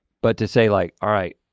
but to say like, all right,